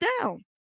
down